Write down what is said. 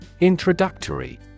Introductory